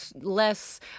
less